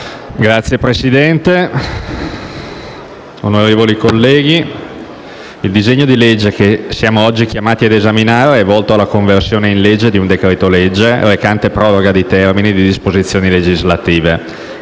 Signor Presidente, onorevoli colleghi, il disegno di legge che siamo oggi chiamati ad esaminare è volto alla conversione in legge di un decreto legge, recante proroga di termini di disposizioni legislative.